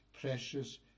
precious